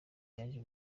yaje